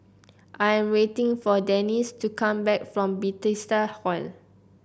I am waiting for Denisse to come back from Bethesda Hall